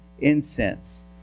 Incense